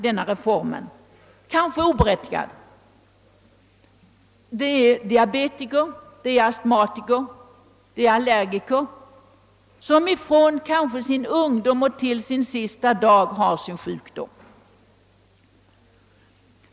Deras ängslan är kanske oberättigad, men det gäller i många fall människor som från sin ungdom och till sin sista dag lider av sjukdomen.